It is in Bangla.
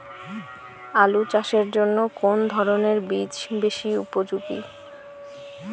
আলু চাষের জন্য কোন ধরণের বীজ বেশি উপযোগী?